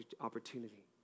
opportunity